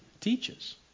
teaches